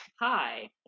Hi